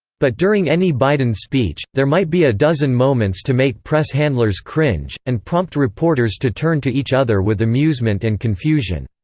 but during any biden speech, there might be a dozen moments to make press handlers cringe, and prompt reporters to turn to each other with amusement and confusion.